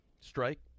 Strike